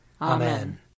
Amen